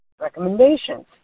recommendations